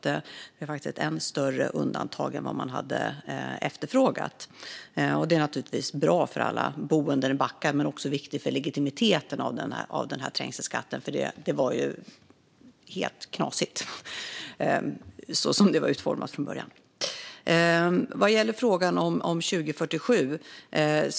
Det blev alltså ett större undantag än vad man hade efterfrågat. Det är naturligtvis bra för alla boende i Backa, men det är också viktigt för legitimiteten i trängselskatten. Det var ju helt knasigt så som det var utformat från början. Sedan var det frågan om året 2047.